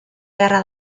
beharra